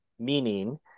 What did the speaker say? meaning